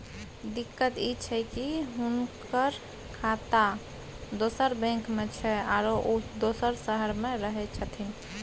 दिक्कत इ छै की हुनकर खाता दोसर बैंक में छै, आरो उ दोसर शहर में रहें छथिन